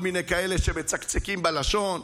ניתן להיכנס לבתים בלי צו חיפוש ולהביא